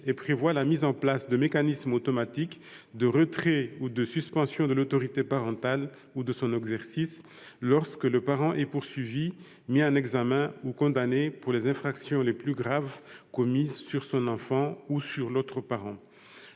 et prévoit la mise en place de mécanismes automatiques de retrait ou de suspension de l'autorité parentale, ou de son exercice, lorsque le parent est poursuivi, mis en examen ou condamné pour les infractions les plus graves commises sur son enfant ou sur l'autre parent.